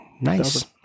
nice